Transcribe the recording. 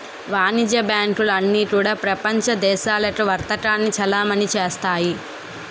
వాణిజ్య బ్యాంకులు అన్నీ కూడా ప్రపంచ దేశాలకు వర్తకాన్ని చలామణి చేస్తాయి